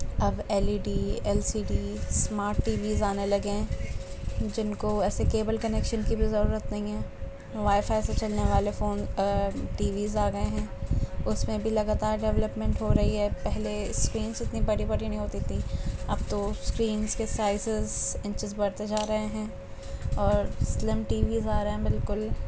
اب L E D L C D smart TVs آنے لگے ہیں جن کو ایسے کیبل کنکش کی بھی ضرورت نہیں ہے وائی فائی سے چلنے والے فونز ٹی ویز آگئے ہیں اس میں بھی لگاتار ڈیولپمنٹ ہورہی ہے پہلے اسکرینز اتنی بڑی بڑی نہیں ہوتی تھیں اب تو اسکرینز کے سائزز انچز بڑھتے جا رہے ہیں اور سلم ٹی ویز آ رہے ہیں بالکل